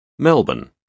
Melbourne